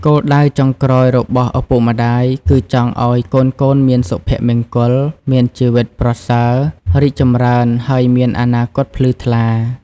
គោលដៅចុងក្រោយរបស់ឪពុកម្ដាយគឺចង់ឲ្យកូនៗមានសុភមង្គល មានជីវិតប្រសើរ រីកចម្រើន ហើយមានអនាគតភ្លឺថ្លា។